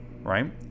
right